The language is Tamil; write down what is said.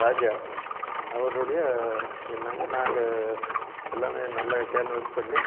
ராஜா அவருடைய நின்னாங்க நாங்கள் எல்லாம் நல்லா கேன்வாஸ் பண்ணி